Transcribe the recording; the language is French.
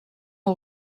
aux